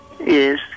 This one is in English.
Yes